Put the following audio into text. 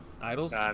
idols